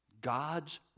God's